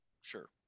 sure